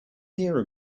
here